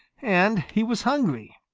and he was hungry.